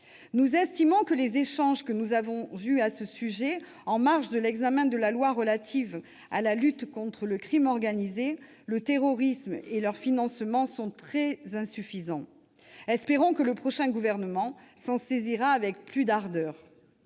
À nos yeux, les échanges que nous avons eus à ce sujet, en marge de l'examen de la loi renforçant la lutte contre le crime organisé, le terrorisme et leur financement, sont très insuffisants. Espérons que le prochain gouvernement se saisira de ce dossier